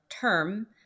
term